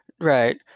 Right